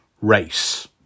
race